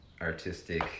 artistic